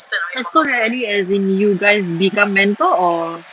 exco rally as in you guys become mentor or